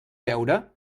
veure